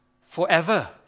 forever